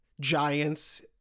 giants